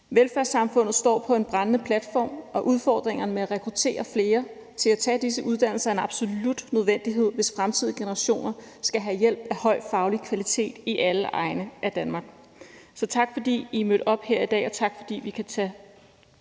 Velfærdssamfundet står på en brændende platform, og udfordringerne med at rekruttere flere til at tage disse uddannelser er en absolut nødvendighed, hvis fremtidige generationer skal have hjælp af høj faglig kvalitet i alle egne af Danmark. Så tak, fordi I mødte op her i dag, og tak, fordi vi kan få